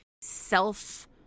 self